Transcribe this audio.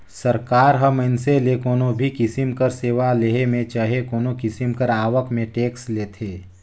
सरकार ह मइनसे ले कोनो भी किसिम कर सेवा लेहे में चहे कोनो किसिम कर आवक में टेक्स लेथे